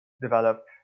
develop